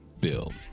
bill